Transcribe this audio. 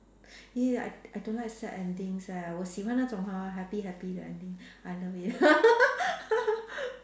!ee! I I don't like sad endings leh 我喜欢那种 hor happy happy the ending I love it